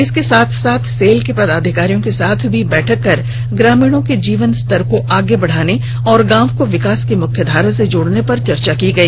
इसके साथ साथ सेल के पदाधिकारियों के साथ भी बैठक कर ग्रामीणों के जीवन स्तर को आगे बढ़ाने और गांव को विकास की मुख्यधारा से जोड़ने पर चर्चा की गई